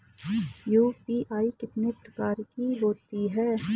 UPI कितने प्रकार की होती हैं?